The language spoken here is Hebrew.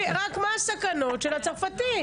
מה הסכנות של הניתוח הצרפתי?